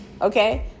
Okay